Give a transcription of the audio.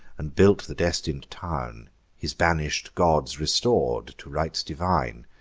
and built the destin'd town his banish'd gods restor'd to rites divine,